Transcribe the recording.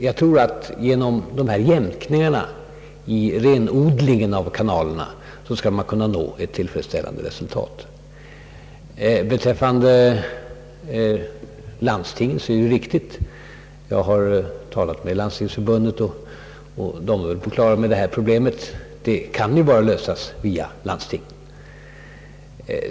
Jag tror dock att man genom dessa jämkningar i renodlingen av kanalerna skall kunna nå ett tillfredsställande resultat. Vad herr Ferdinand Nilsson sade om landstingen är riktigt. Jag har talat med Svenska landstingsförbundet, som förklarat att detta problem bara kan lösas via landstingen.